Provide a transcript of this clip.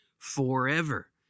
forever